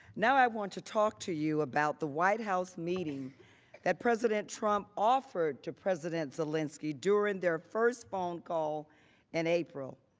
now i want to talk to you about the white house meeting that president trump offered to president zelensky during the first phone call in april.